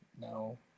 No